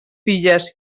filles